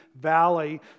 valley